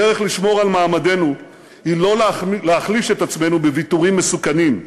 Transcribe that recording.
הדרך לשמור על מעמדנו היא לא להחליש את עצמנו בוויתורים מסוכנים,